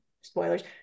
spoilers